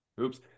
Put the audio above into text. oops